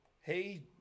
hey